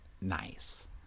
nice